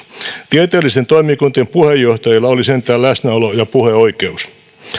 tieteellisten toimikuntien puheenjohtajilla oli sentään läsnäolo ja puheoikeus